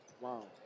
Wow